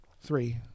three